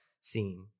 seen